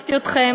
שיתפתי אתכם